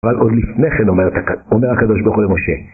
אבל עוד לפני כן אומר הקדוש ברוך הוא למשה